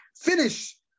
finish